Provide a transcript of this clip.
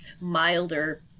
milder